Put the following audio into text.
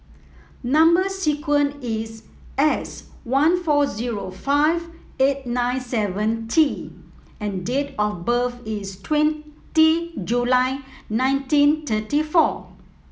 number sequence is S one four zero five eight nine seven T and date of birth is twenty July nineteen thirty four